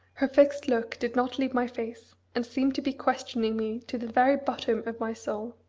her fixed look did not leave my face, and seemed to be questioning me to the very bottom of my soul.